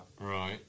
right